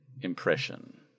impression